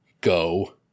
go